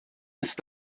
ist